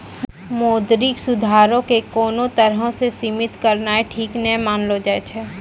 मौद्रिक सुधारो के कोनो तरहो से सीमित करनाय ठीक नै मानलो जाय छै